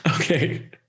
Okay